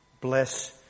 Bless